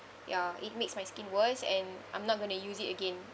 ya it makes my skin worse and I'm not going to use it again